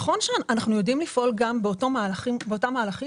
נכון שאנחנו יודעים לפעול באותם מהלכים